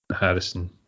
Harrison